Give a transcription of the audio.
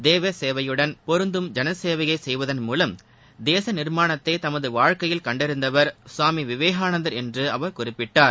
தேவசேவையுடன் பொருந்தும் ஜனசேவையை செய்வதன் மூவம் தேச நிர்மாணத்தை தமது வாழ்க்கையில் கண்டறிந்தவர் சுவாமி விவேகானந்தர் என்று அவர் குறிப்பிட்டார்